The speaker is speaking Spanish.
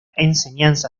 enseñanza